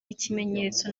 ikimenyetso